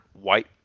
white